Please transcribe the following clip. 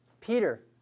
peter